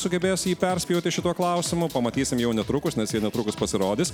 sugebės jį perspjauti šituo klausimu pamatysim jau netrukus nes jie netrukus pasirodys